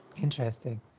Interesting